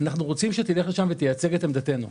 אנחנו רוצים שתלך לשם ותייצג את עמדתנו.